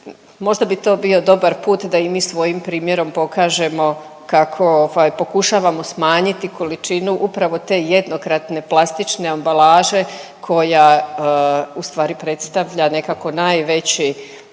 možda bi to bio dobar put da i mi svojim primjerom pokažemo kako ovaj, pokušavamo smanjiti količinu upravo te jednokratne plastične ambalaže koja ustvari predstavlja nekako najveći,